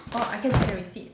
orh I can check receipt